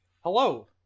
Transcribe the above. Hello